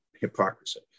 hypocrisy